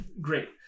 great